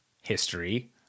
history